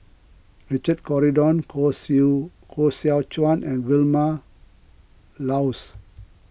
Richard Corridon Koh Koh Seow Chuan and Vilma Laus